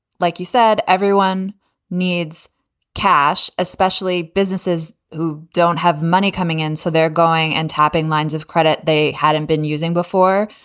like you said, said, everyone needs cash, especially businesses who don't have money coming in. so they're going and tapping lines of credit they hadn't been using before.